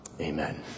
Amen